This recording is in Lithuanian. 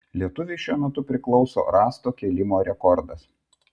lietuviui šiuo metu priklauso rąsto kėlimo rekordas